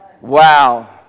Wow